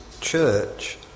church